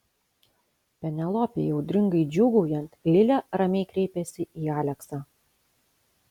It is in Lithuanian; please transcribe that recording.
penelopei audringai džiūgaujant lilė ramiai kreipėsi į aleksą